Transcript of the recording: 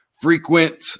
frequent